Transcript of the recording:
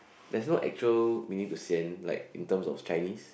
there's no actual meaning to sian like in terms of Chinese